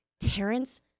Terrence